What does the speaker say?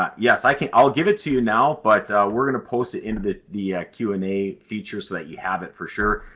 ah yes, i can. i'll give it to you now, and but we're going to post it into the the q and a feature so that you have it for sure.